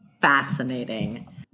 fascinating